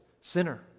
sinner